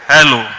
Hello